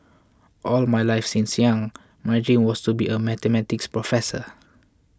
all my life since young my dream was to be a Mathematics professor